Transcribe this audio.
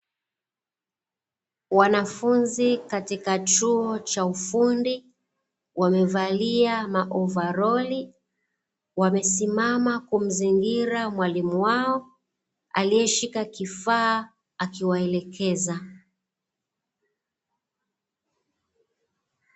Wanafunzi katika chuo cha ufundi, wamevalia maovaroli, wamesimama kumzingira mwalimu wao aliyeshika kifaa akiwaelekeza.